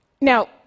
Now